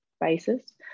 Basis